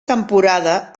temporada